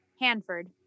Hanford